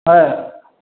ହଁ